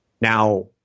Now